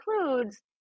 includes